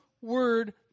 word